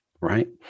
right